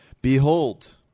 behold